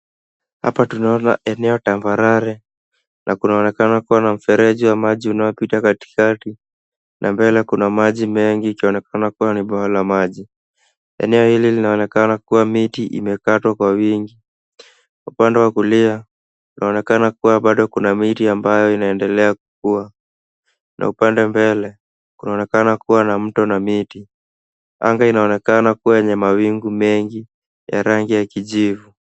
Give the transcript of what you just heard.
Hapa tunaona eneo tambarare na kunaonekana kuwa na mfereji wa maji unaopita katikati na mbele kuna maji mengi ikionekana kuwa ni bwawa la maji. Eneo hili linaonekana kuwa miti imekatwa kwa wingi. Upande wa kulia, unaonekana kuwa bado kuna miti ambayo inaendelea kukua na upande mbele kunaonekana kuwa na mto na miti. Anga inaonekana kuwa yenye mawingu mengi ya rangi ya kijivu.